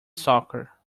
soccer